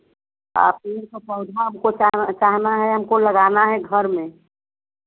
का पौधा हमको चाहना है हमको लगाना है घर में